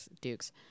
Dukes